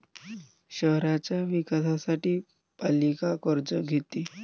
शहराच्या विकासासाठी पालिका कर्ज घेते